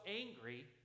angry